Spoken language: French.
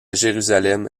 jérusalem